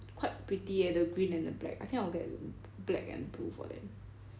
quite pretty eh the green and the black I think I'll get black and blue for them